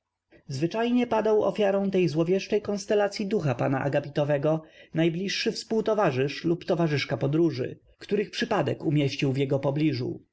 d ał ofiarą tej złowieszczej konstelacyi ducha pa n a a gapitow ego najbliższy w spółtow arzysz lub tow arzyszka podróży których przypadek umieścił w jego pobliżu